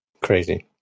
Crazy